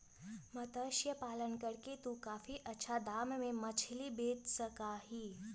मत्स्य पालन करके तू काफी अच्छा दाम में मछली बेच सका ही